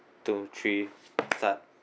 two three clap